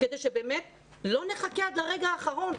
כדי שבאמת לא נחכה עד לרגע האחרון.